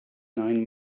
nine